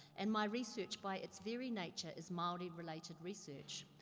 and my research by its very nature, is maori-related research.